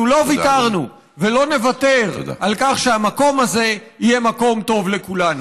אנחנו לא ויתרנו ולא נוותר על כך שהמקום הזה יהיה מקום טוב לכולנו.